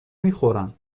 میخورن